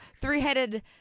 three-headed